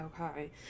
Okay